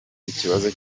ikibazo